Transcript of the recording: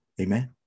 Amen